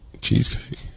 cheesecake